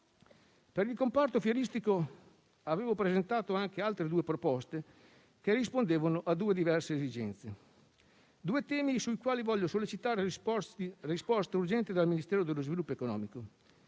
Per il comparto fieristico avevo presentato anche altre due proposte che rispondevano a due diverse esigenze: due temi sui quali voglio sollecitare risposte urgenti dal Ministero dello sviluppo economico.